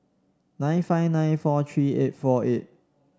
nine five nine four three eight four eight